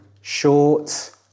short